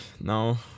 No